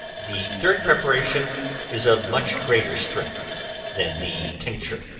the third preparation is of much greater strength than the tincture.